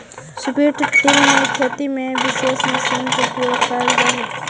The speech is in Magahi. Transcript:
स्ट्रिप् टिल में खेती में विशेष मशीन के उपयोग कैल जा हई